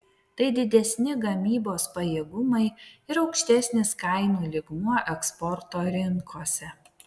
tai didesni gamybos pajėgumai ir aukštesnis kainų lygmuo eksporto rinkose